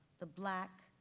the black,